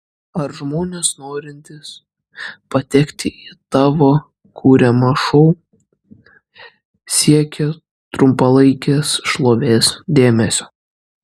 ar žmonės norintys patekti į tavo kuriamą šou siekia trumpalaikės šlovės dėmesio